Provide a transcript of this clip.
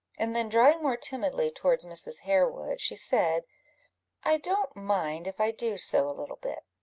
and then drawing more timidly towards mrs. harewood, she said i don't mind if i do sew a little bit.